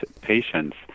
patients